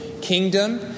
kingdom